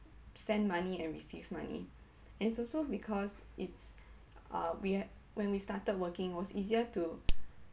send money and receive money it's also because it's uh we when we started working was easier to